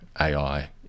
AI